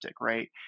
right